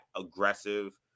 aggressive